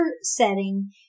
setting